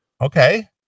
Okay